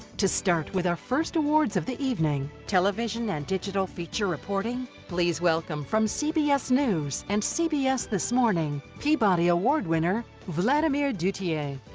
to start with our first awards of the evening, television and digital feature reporting, please welcome from cbs news and cbs this morning, peabody award winner vladimir duthiers. a a